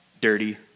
dirty